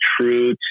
true